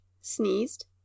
sneezed